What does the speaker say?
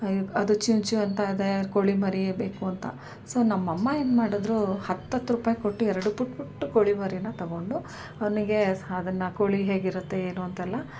ಅದು ಚಿಂವ್ ಚಿಂವ್ ಅಂತ ಇದೆ ಕೋಳಿಮರಿ ಬೇಕು ಅಂತ ಸೊ ನಮ್ಮ ಅಮ್ಮ ಏನು ಮಾಡಿದ್ರು ಹತ್ತತ್ತು ರೂಪಾಯಿ ಕೊಟ್ಟು ಎರಡು ಪುಟ್ಟ ಪುಟ್ಟ ಕೋಳಿಮರಿ ತೊಗೊಂಡು ಅವನಿಗೆ ಅದನ್ನು ಕೋಳಿ ಹೇಗಿರುತ್ತೆ ಏನು ಅಂತೆಲ್ಲಾ